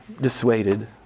dissuaded